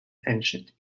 ancient